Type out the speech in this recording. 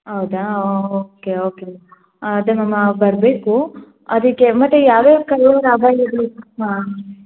ಹೌದಾ ಹಾಂ okay okay ಹಾಂ ಅದೇ ಮ್ಯಾಮ್ ಬರಬೇಕು ಅದಕ್ಕೆ ಮತ್ತು ಯಾವ್ಯಾವ ಕಲರ್ ಅವೈಲೇಬಲ್ ಇರುತ್ತೆ ಮ್ಯಾಮ್